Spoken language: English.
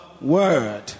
Word